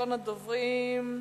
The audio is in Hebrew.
ראשון הדוברים,